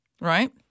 Right